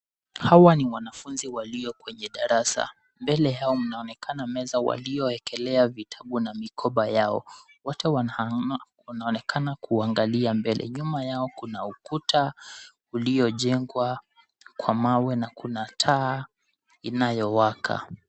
Hawa ni wanafuzi walio kwenye darasa. Mbele yao mnaonekana meza walioekelea vitabu na mikoba yao. Wote wanaonekana kuangalia mbele. Nyuma yao kuna ukuta ulio jengwa kwa mawe na kuna taa inayowaka.